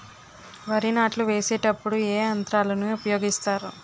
వరి నాట్లు వేసేటప్పుడు ఏ యంత్రాలను ఉపయోగిస్తారు?